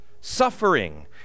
suffering